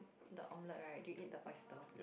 the omelette right do you eat the oyster